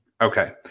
Okay